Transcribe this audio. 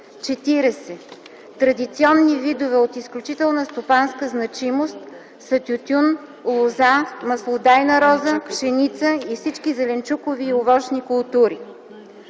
закон; 40. „Традиционни видове от изключителна стопанска значимост” са тютюн, лоза, маслодайна роза, пшеница и всички зеленчукови и овощни култури;